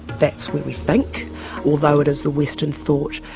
that's where we think although it is the western thought,